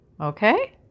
Okay